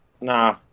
Nah